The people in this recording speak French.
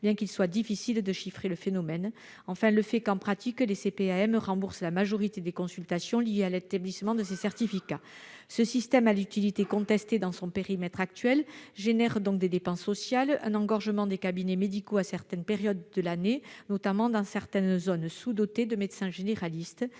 bien qu'il soit difficile de chiffrer le phénomène ; enfin, le fait qu'en pratique les CPAM remboursent la majorité des consultations liées à l'établissement de ces certificats. Ce système, à l'utilité contestée dans son périmètre actuel, génère donc des dépenses sociales, un engorgement des cabinets médicaux à certaines périodes de l'année, notamment dans certaines zones sous-dotées en médecins généralistes,